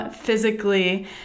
physically